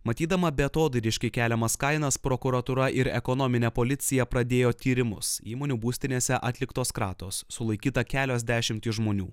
matydama beatodairiškai keliamas kainas prokuratūra ir ekonominė policija pradėjo tyrimus įmonių būstinėse atliktos kratos sulaikyta kelios dešimtys žmonių